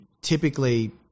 typically